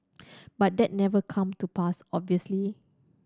but that never come to pass obviously